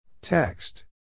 Text